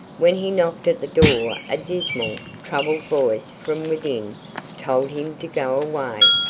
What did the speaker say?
when he knocked at the door a dismal, troubled voice from within told him to go away.